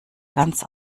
ganz